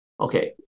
Okay